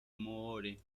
moore